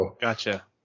Gotcha